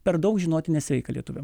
per daug žinoti nesveika lietuviam